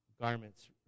garments